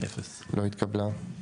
0 ההסתייגות לא התקבלה.